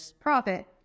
profit